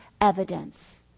evidence